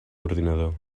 ordinador